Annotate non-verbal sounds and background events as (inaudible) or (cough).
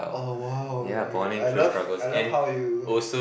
oh !wow! (noise) I love I love how you (breath)